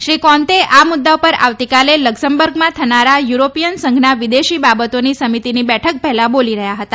શ્રી કોતે આ મુદ્દા પર આવતીકાલે લક્ઝમબર્ગમાં થનારા યુરોપીય સંઘના વિદેશી બાબતોની સમિતિની બેઠક પહેલા બોલી રહ્યા હતા